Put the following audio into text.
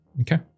okay